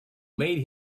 made